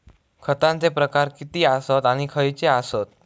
खतांचे प्रकार किती आसत आणि खैचे आसत?